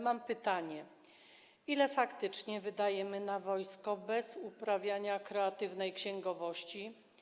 Mam pytanie: Ile faktycznie wydajemy na wojsko bez uprawiania kreatywnej księgowości?